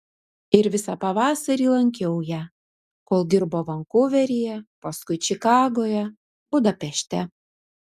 ir visą pavasarį lankiau ją kol dirbo vankuveryje paskui čikagoje budapešte